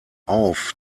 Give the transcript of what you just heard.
auf